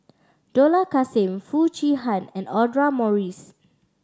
Dollah Kassim Foo Chee Han and Audra Morrice